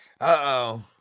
Uh-oh